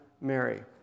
Mary